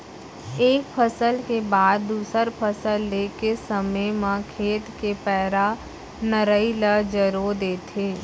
एक फसल के बाद दूसर फसल ले के समे म खेत के पैरा, नराई ल जरो देथे